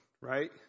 right